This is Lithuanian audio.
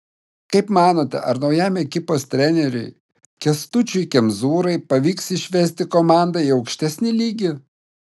kaip manote ar naujam ekipos treneriui kęstučiui kemzūrai pavyks išvesti komandą į aukštesnį lygį